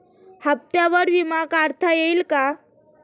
हप्त्यांवर विमा काढता येईल का?